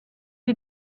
die